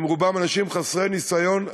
הם רובם אנשים חסרי ניסיון,